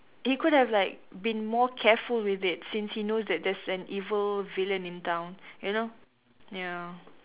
he could have like been more careful with it since he knows that there's an evil villain in town you know ya